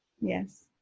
Yes